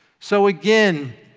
so, again,